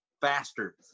faster